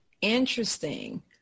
interesting